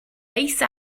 lace